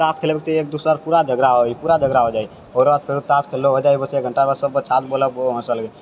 तास खेलै ओतै एक दोसरा रऽ पूरा झगड़ा होइ पूरा झगड़ा हो जाइ आओर राति भरि तास खेललौ हेतै एक घण्टामे सब बच्चा बोलऽ ओहो हँसऽ लगै हय